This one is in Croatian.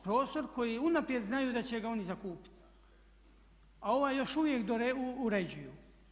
Prostor koji unaprijed znaju da će ga oni zakupiti a ovaj još uvijek uređuju.